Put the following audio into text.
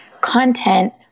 content